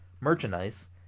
merchandise